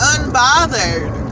Unbothered